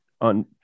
on